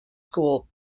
school